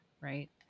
right